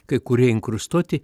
kai kurie inkrustuoti